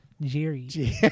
Jerry